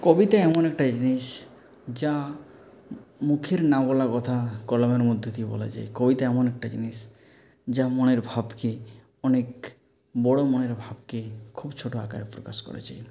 কবিতা এমন একটা জিনিস যা মুখের না বলা কথা কলমের মধ্যে দিয়ে বলা যায় কবিতা এমন একটা জিনিস যা মনের ভাবকে অনেক বড়ো মনের ভাবকে খুব ছোটো আকারে প্রকাশ করা যায়